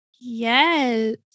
Yes